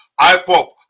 IPOP